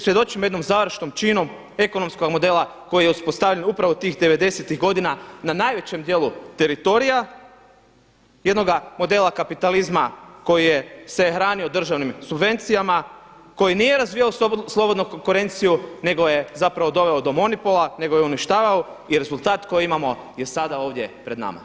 Svjedočimo jednom završnom činu ekonomskog modela koji je uspostavljen upravo tih devedesetih godina na najvećem dijelu teritorija jednoga modela kapitalizma koji se hranio državnim subvencijama, koji nije razvijao slobodnu konkurenciju nego je zapravo doveo do monopola, nego je uništavao i rezultat koji imamo je sada ovdje pred nama.